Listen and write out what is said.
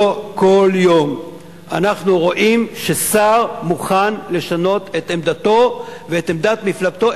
לא כל יום אנחנו רואים ששר מוכן לשנות את עמדתו ואת עמדת מפלגתו,